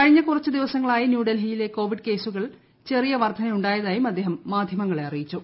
കഴിഞ്ഞ കുറച്ചുദിവസങ്ങളായി ന്യൂഡൽഹിയിലെ കോവിഡ് കേസു കളിൽ ചെറിയ വർധനയുണ്ടായതായും അദ്ദേഹം മാധ്യമ ങ്ങളെ അറിയിച്ചു